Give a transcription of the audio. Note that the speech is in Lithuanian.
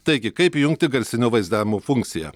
taigi kaip įjungti garsinio vaizdavimo funkciją